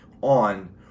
on